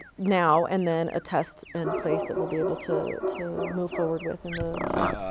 now, and then a test in place that we'll be able to to move forward with in the fall.